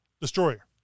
Destroyer